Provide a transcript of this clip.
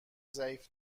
ضعیف